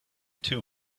two